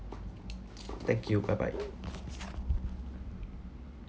thank you bye bye